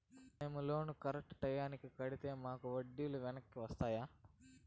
మేము loan correct టైముకి కట్టితే మాకు వడ్డీ లు వెనక్కి వస్తాయా?